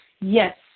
Yes